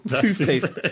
toothpaste